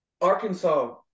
Arkansas